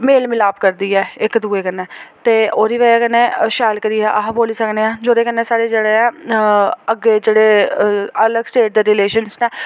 मेल मिलाप करदी ऐ इक दूऐ कन्नै ते ओह्दी बजह् कन्नै शैल करियै अस बोली सकने आं जोह्दे कन्नै साढ़े जेह्ड़ा ऐ अग्गें जेह्ड़े अलग स्टेट दे रिलेशन्स न